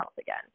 again